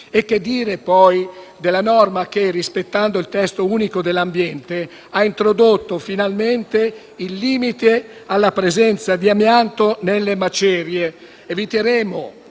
Che dire poi della norma che, rispettando il testo unico dell'ambiente, ha introdotto finalmente il limite alla presenza di amianto nelle macerie? Eviteremo